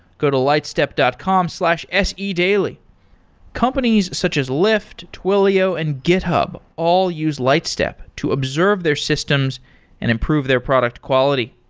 go to lightstep dot com slash sedaily. companies such as lyft, twilio and github all use lightstep to observe their systems and improve their product quality.